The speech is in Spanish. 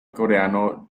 coreano